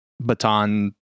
baton